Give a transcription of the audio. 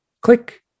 click